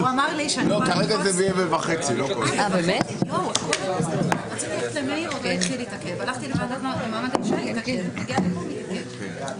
באזרחי מראש נתתי לכם מאזן הסתברויות.